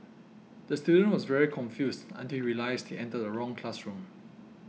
the student was very confused until he realised he entered the wrong classroom